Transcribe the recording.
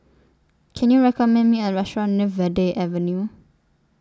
Can YOU recommend Me A Restaurant near Verde Avenue